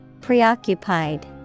Preoccupied